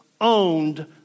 owned